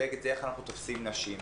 בגד זה איך אנחנו תופסים נשים.